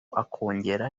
akongera